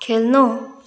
खेल्नु